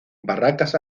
barracas